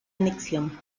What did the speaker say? anexión